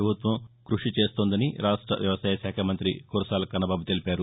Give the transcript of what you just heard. ప్రభుత్వం కృషి చేస్తోందని రాష్ట వ్యవసాయ శాఖ మంతి కురసాల కన్నబాబు తెలిపారు